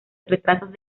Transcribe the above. retrasos